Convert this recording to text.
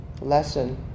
lesson